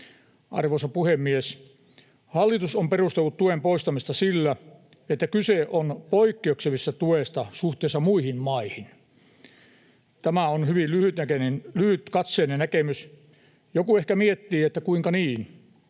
Arvoisa puhemies! Hallitus on perustellut tuen poistamista sillä, että kyse on poikkeuksellisesta tuesta suhteessa muihin maihin. Tämä on hyvin lyhytkatseinen näkemys. Joku ehkä miettii, että kuinka niin.